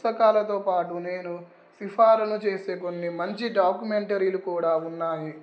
పుస్తకాలతో పాటు నేను సిఫారసు చేసే కొన్ని మంచి డాక్యుమెంటరీలు కూడా ఉన్నాయి